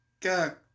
God